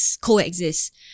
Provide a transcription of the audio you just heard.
coexist